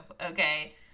Okay